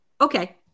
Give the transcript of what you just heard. Okay